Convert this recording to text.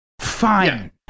Fine